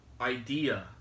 idea